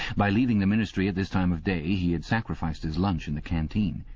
by leaving the ministry at this time of day he had sacrificed his lunch in the canteen,